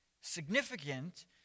significant